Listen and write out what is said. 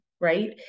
right